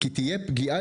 ״תהיה פגיעה,